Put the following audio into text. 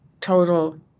total